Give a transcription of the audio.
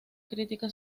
crítica